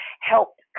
helped